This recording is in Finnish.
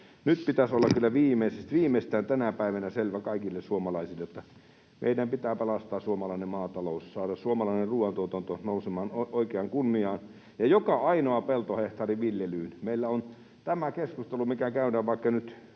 niin pitäisi olla kyllä nyt viimeistään tänä päivänä selvää kaikille suomalaisille, että meidän pitää pelastaa suomalainen maatalous ja saada suomalainen ruoantuotanto nousemaan oikeaan kunniaan ja joka ainoa peltohehtaari viljelyyn. Meillä on tämä keskustelu, mitä käydään vaikka nyt